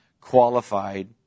qualified